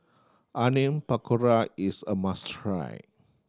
Onion Pakora is a must try